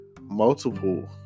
multiple